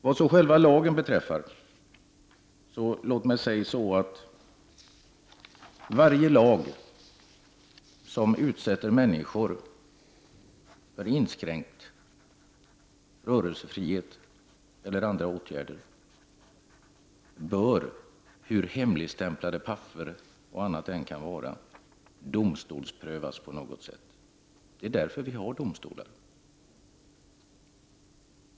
Vad så själva lagen beträffar vill jag säga att varje lag som utsätter människor för inskränkning av rörelsefriheten eller andra åtgärder bör, hur hemligstämplade olika papper än kan vara, domstolsprövas på något sätt. Det är därför vi har domstolar.